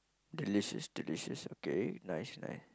delicious delicious okay nice nice